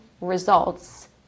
results